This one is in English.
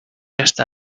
just